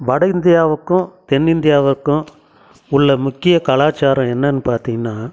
வட இந்தியாவுக்கும் தென் இந்தியாவுக்கும் உள்ள முக்கிய கலாச்சாரம் என்னென்னு பார்த்திங்கன்னா